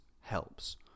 helps